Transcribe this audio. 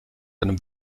einem